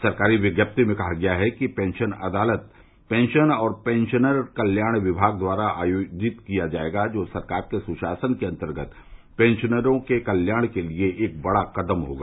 सरकारी विज्ञप्ति में कहा गया है कि पेंशन अदालत पेंशन और पेंशनर कल्याण विमाग द्वारा आयोजित किया जायेगा जो सरकार के सुशासन के अन्तर्गत पेंशनरों के कल्याण के लिए एक बड़ा कदम होगा